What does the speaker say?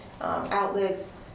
outlets